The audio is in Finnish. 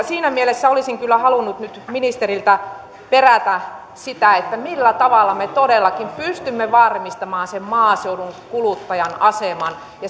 siinä mielessä olisin kyllä halunnut nyt ministeriltä perätä millä tavalla me todellakin pystymme varmistamaan sen maaseudun kuluttajan aseman